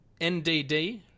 ndd